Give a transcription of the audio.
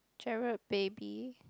Gerald baby